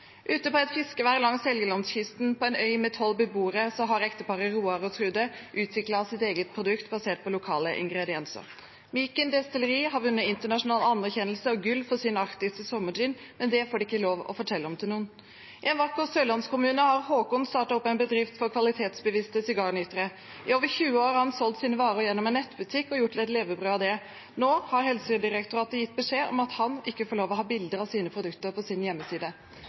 Ute på et fiskevær langs Helgelandskysten, på en øy med tolv beboere, har ekteparet Roar og Trude utviklet sitt eget produkt basert på lokale ingredienser. Myken destilleri har vunnet internasjonal anerkjennelse og gull for sin Arktisk Sommergin, men det får de ikke lov til å fortelle om til noen. I en vakker sørlandskommune har Håkon startet opp en bedrift for kvalitetsbevisste sigarnytere. I over 20 år har han solgt sine varer i en nettbutikk og gjort det til et levebrød. Nå har Helsedirektoratet gitt beskjed om at han ikke får lov til å ha bilder av sine produkter på sin hjemmeside.